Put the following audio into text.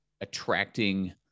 attracting